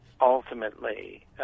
ultimately